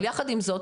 אבל יחד עם זאת,